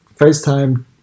FaceTime